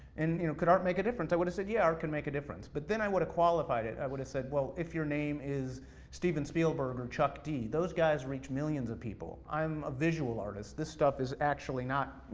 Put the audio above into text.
and you know could art make a difference? i would've said, yeah, art can make a difference. but then i would've qualified it, i said, well if your name is steven spielberg or chuck d, those guys reach millions of people. i'm a visual artist, this stuff is actually not,